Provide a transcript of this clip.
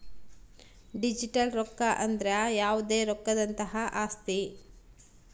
digital ರೊಕ್ಕ ಅಂದ್ರ ಯಾವ್ದೇ ರೊಕ್ಕದಂತಹ ಆಸ್ತಿ